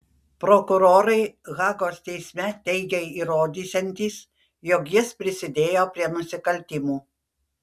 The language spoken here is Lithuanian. prokurorai hagos teisme teigė įrodysiantys jog jis prisidėjo prie nusikaltimų